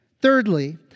Thirdly